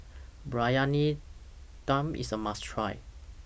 Briyani Dum IS A must Try